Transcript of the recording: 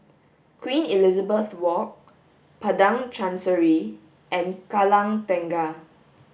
Queen Elizabeth Walk Padang Chancery and Kallang Tengah